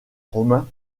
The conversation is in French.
romains